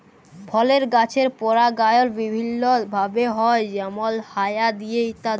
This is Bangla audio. ফলের গাছের পরাগায়ল বিভিল্য ভাবে হ্যয় যেমল হায়া দিয়ে ইত্যাদি